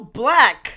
black